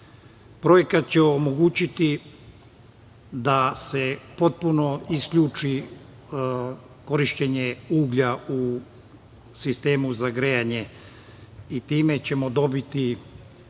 projekat će omogućiti da se potpuno isključi korišćenje uglja u sistemu za grejanje i time ćemo dobiti